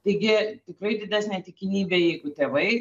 taigi tikrai didesnė tikimybė jeigu tėvai